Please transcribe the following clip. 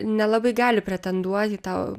nelabai gali pretenduot į tą